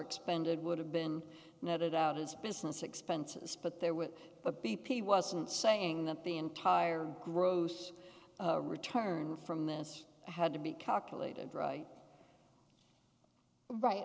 expended would have been noted out as business expenses but there were a b p wasn't saying that the entire gross return from this had to be calculated right right